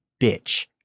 bitch